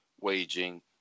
waging